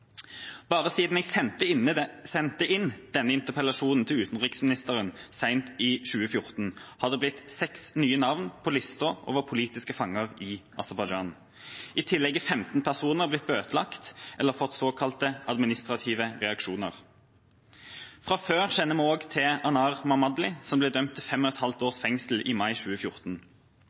Bare siden jeg sendte inn denne interpellasjonen til utenriksministeren sent i 2014, har det blitt seks nye navn på listen over politiske fanger i Aserbajdsjan. I tillegg er 15 personer blitt bøtelagt eller har fått såkalte administrative reaksjoner. Fra før kjenner vi også til Anar Mammadli, som ble dømt til fem og et halvt